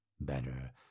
better